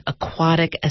aquatic